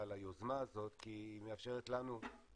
על היוזמה הזאת כי היא מאפשרת כי היא מאפשר לנו כנבחרי